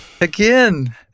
again